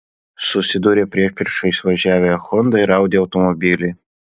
susidūrė priešpriešiais važiavę honda ir audi automobiliai